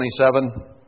27